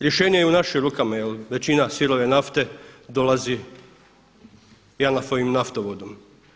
Rješenje je u našim rukama jer većina sirove nafte dolazi JANAF-ovim naftovodom.